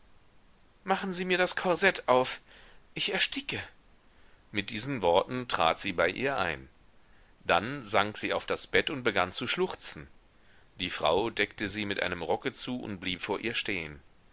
machen sie mir das korsett auf ich ersticke mit diesen worten trat sie bei ihr ein dann sank sie auf das bett und begann zu schluchzen die frau deckte sie mit einem rocke zu und blieb vor ihr stehen